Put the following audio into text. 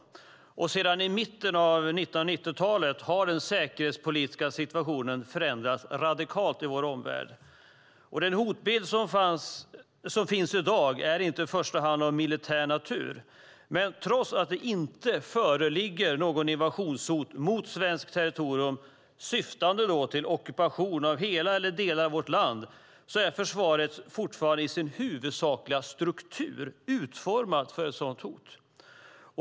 Sedan mitten av 1990-talet har den säkerhetspolitiska situationen förändrats radikalt i vår omvärld. Den hotbild som finns i dag är inte i första hand av militär natur. Men trots att det inte föreligger något invasionshot mot svenskt territorium syftande till ockupation av hela eller delar av vårt land är försvaret fortfarande i sin huvudsakliga struktur utformat för ett sådant hot.